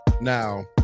Now